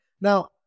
Now